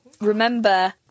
remember